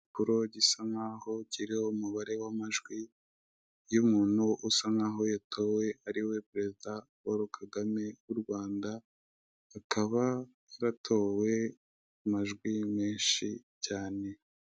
Igipapuro gisa nk'aho kiriho umubare w'amajwi y'umuntu usa nkaho yatowe ariwe perezida Polo Kagame w'u Rwanda akaba yatowe mu majwi menshi cyane.